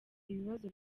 ibibazo